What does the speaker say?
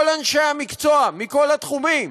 כל אנשי המקצוע, מכל התחומים,